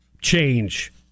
change